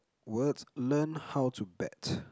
words learn how to bat